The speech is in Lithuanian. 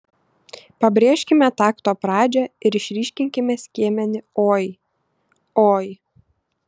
pabrėžkime takto pradžią ir išryškinkime skiemenį oi oi